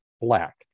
black